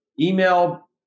Email